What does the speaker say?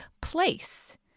place